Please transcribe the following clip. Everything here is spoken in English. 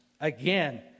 Again